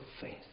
faith